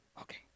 Okay